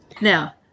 Now